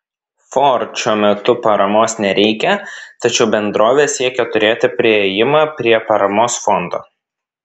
ford šiuo metu paramos nereikia tačiau bendrovė siekia turėti priėjimą prie paramos fondo